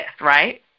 right